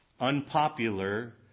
Unpopular